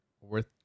worth